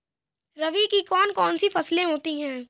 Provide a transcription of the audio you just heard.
रबी की कौन कौन सी फसलें होती हैं?